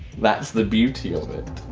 that's the beauty of it.